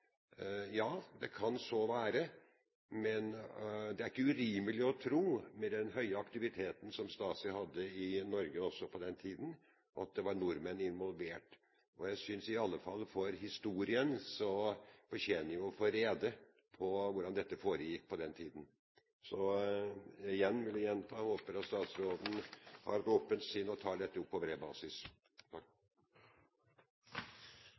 Ja, det kan så være, men det er ikke urimelig å tro, med den høye aktiviteten som Stasi hadde også i Norge på den tiden, at det var nordmenn involvert. I alle fall for historiens del synes jeg vi fortjener å få rede på hvordan dette foregikk på den tiden. Igjen vil jeg gjenta: Jeg håper at statsråden har et åpent sinn og tar dette opp på bred basis.